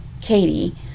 Katie